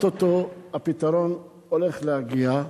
או-טו-טו הפתרון הולך להגיע.